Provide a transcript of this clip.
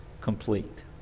complete